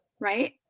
right